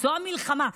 זאת המלחמה,